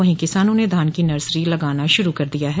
वहीं किसानों ने धान की नर्सरी लगाना शुरू कर दिया है